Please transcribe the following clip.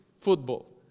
football